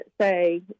say